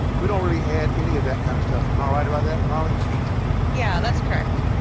we don't really add any of that kind of stuff. am i right about that molly yeah, that's correct.